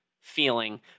feeling